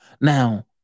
Now